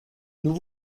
nous